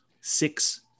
six